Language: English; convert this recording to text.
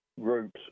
groups